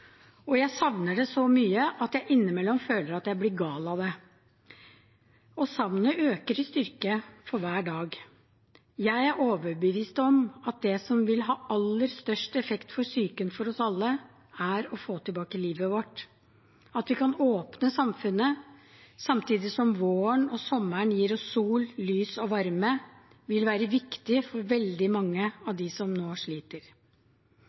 og jeg savner det så mye at jeg innimellom føler at jeg blir gal av det. Og savnet øker i styrke for hver dag. Jeg er overbevist om at det som vil ha aller størst effekt for psyken for oss alle, er å få tilbake livet vårt. At vi kan åpne samfunnet, samtidig som våren og sommeren gir oss sol, lys og varme, vil være viktig for veldig mange av dem som nå sliter.